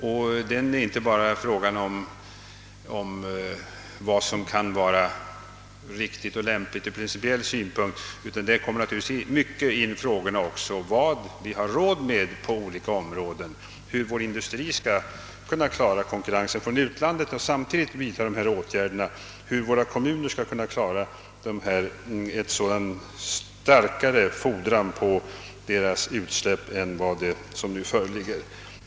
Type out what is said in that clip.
Då bör denna gälla inte bara vad som är riktigt och lämpligt ur principiell synpunkt, utan även vad vi har råd med på olika områden, hur vår industri skall kunna klara konkurrensen från utlandet samtidigt som den i förevarande hänseende vidtar erforderliga åtgärder, liksom hur våra kommuner skall kunna tillgodose de ökade kraven på reningsanläggningar.